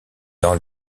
dans